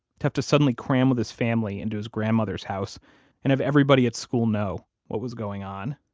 to have to suddenly cram with his family into his grandmother's house and have everybody at school know what was going on.